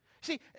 See